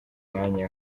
mwanya